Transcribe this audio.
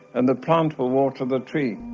and the plant will water the tree.